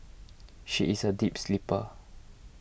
she is a deep sleeper